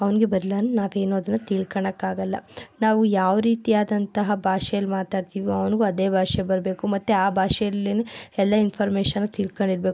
ಅವನ್ಗೆ ಬರಲ್ಲ ನಾವು ಏನಾದ್ರೂ ತಿಳ್ಕೊಳೋಕೆ ಆಗಲ್ಲ ನಾವು ಯಾವ ರೀತಿ ಆದಂತಹ ಭಾಷೆಯಲ್ಲಿ ಮಾತಾಡ್ತೀವೊ ಅವನಿಗೂ ಅದೇ ಭಾಷೆ ಬರಬೇಕು ಮತ್ತೆ ಆ ಭಾಷೆ ಅಲ್ಲಿಯೂ ಎಲ್ಲ ಇನ್ಫಾರ್ಮೇಶನು ತಿಳ್ಕೊಂಡಿರಬೇಕು